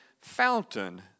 fountain